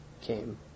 came